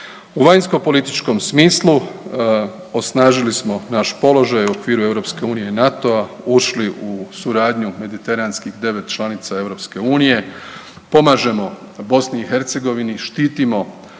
U vanjskopolitičkom smislu osnažili smo naš položaj u okviru EU i NATO-a, ušli u suradnju mediteranskih 9 članica EU, pomažemo BiH, štitimo